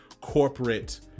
corporate